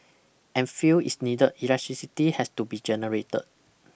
and fuel is needed electricity has to be generated